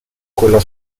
quella